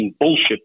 bullshit